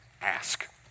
ask